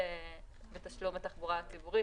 אמנם היא חברה ממשלתית,